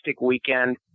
weekend